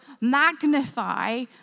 magnify